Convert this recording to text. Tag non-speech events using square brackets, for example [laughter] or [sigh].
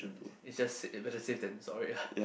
it's just [noise] better safe than sorry ah